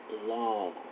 long